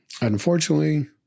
unfortunately